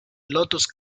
lotus